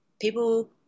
people